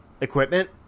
equipment